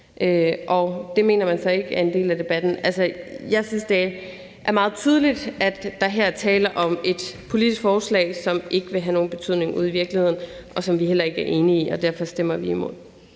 Det mener man så ikke er en del af debatten. Jeg synes, det er meget tydeligt, at der her er tale om et politisk forslag, som ikke vil have nogen betydning ude i virkeligheden, og som vi heller ikke er enige i, og derfor stemmer vi imod.